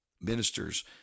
ministers